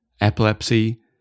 epilepsy